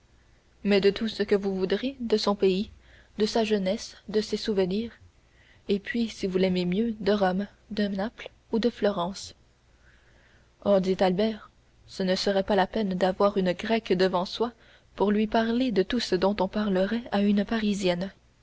mais de tout ce que vous voudrez de son pays de sa jeunesse de ses souvenirs puis si vous l'aimez mieux de rome de naples ou de florence oh dit albert ce ne serait pas la peine d'avoir une grecque devant soi pour lui parler de tout ce dont on parlerait à une parisienne